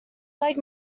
leg